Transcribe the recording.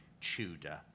Tudor